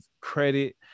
credit